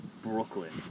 Brooklyn